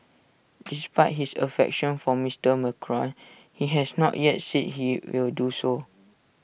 despite his affection for Mister Macron he has not yet said he will do so